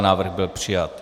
Návrh byl přijat.